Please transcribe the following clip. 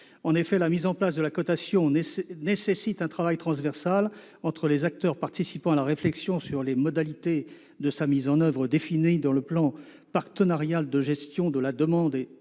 En effet, la mise en place de la cotation nécessite un travail transversal des acteurs participant à la réflexion sur les modalités de sa mise en oeuvre, définies dans le plan partenarial de gestion de la demande et